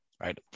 Right